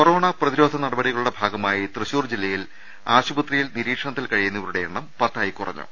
കൊ റോണ രോഗ പ്രതിരോധ നടപടികളുടെ ഭാഗമായി തൃശ്ശൂർ ജില്ലയിൽ ആശു പത്രിയിൽ നിരീക്ഷണത്തിൽ കഴിയുന്നവരുടെ എണ്ണം പത്തായി കുറഞ്ഞു